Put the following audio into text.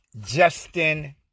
Justin